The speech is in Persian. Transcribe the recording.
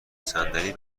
صندلی